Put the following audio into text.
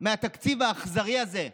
מהתקציב האכזרי הזה,